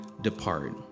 depart